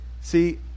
See